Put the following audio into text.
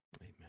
Amen